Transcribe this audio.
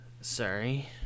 Sorry